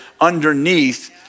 underneath